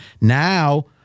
Now